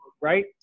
right